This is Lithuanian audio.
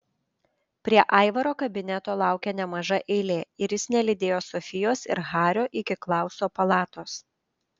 prie aivaro kabineto laukė nemaža eilė ir jis nelydėjo sofijos ir hario iki klauso palatos